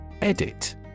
Edit